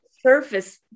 surface